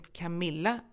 camilla